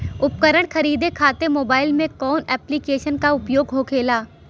उपकरण खरीदे खाते मोबाइल में कौन ऐप्लिकेशन का उपयोग होखेला?